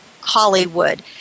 Hollywood